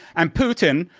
and putin,